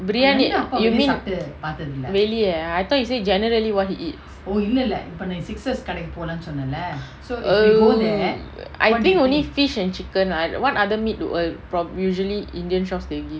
briyani you mean really ah I thought you say generally what he eat oh I think only fish and chicken lah what other meat do you from usually indian shops they will give